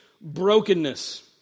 brokenness